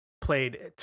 Played